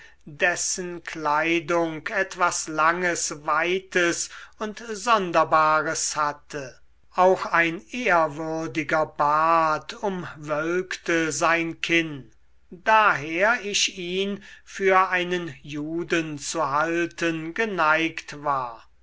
dessen kleidung etwas langes weites und sonderbares hatte auch ein ehrwürdiger bart umwölkte sein kinn daher ich ihn für einen juden zu halten geneigt war